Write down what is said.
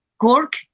Cork